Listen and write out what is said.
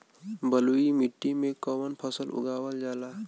बलुई मिट्टी में कवन फसल उगावल जाला?